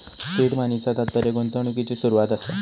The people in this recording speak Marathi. सीड मनीचा तात्पर्य गुंतवणुकिची सुरवात असा